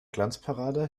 glanzparade